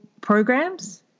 programs